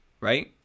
right